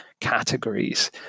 categories